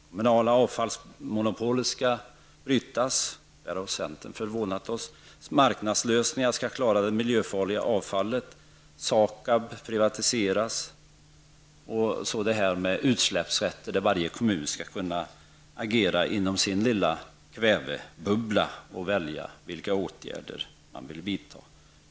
Man vill att avfallsmonopolet skall flyttas -- där har centern förvånat oss. Marknadslösningar skall klara det miljöfarliga avfallet och SAKAB privatiseras. I fråga om utsläppsrätter skall varje kommun kunna agera inom sin lilla kvävebubbla och själv välja de åtgärder man vill vidta.